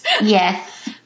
Yes